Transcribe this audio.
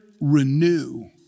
renew